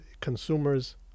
consumers